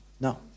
No